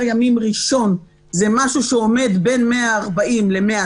ימים ראשון זה משהו שעומד בין 140 ל-160.